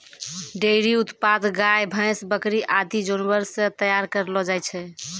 dairy उत्पाद गाय, भैंस, बकरी आदि जानवर सें तैयार करलो जाय छै